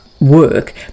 work